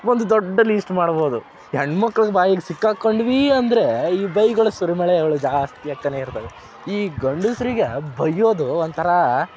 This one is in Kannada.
ಒಂದು ದೊಡ್ಡ ಲೀಸ್ಟ್ ಮಾಡ್ಬೋದು ಹೆಣ್ಮಕ್ಳು ಬಾಯಿಗೆ ಸಿಕ್ಕಾಕೊಂಡ್ವಿ ಅಂದ್ರೆ ಈ ಬೈಗುಳ ಸುರಿಮಳೆಗಳು ಜಾಸ್ತಿ ಆಗ್ತಲೇ ಇರ್ತವೆ ಈ ಗಂಡಸ್ರಿಗೆ ಬೈಯ್ಯೋದು ಒಂಥರ